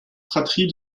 fratrie